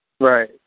Right